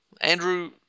Andrew